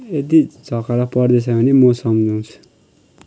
यदि झगडा पर्दैछ भने म सम्झाउँछु